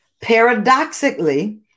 Paradoxically